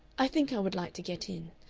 i think i would like to get in.